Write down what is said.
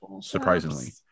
surprisingly